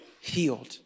healed